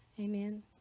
Amen